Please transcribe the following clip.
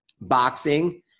boxing